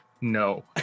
No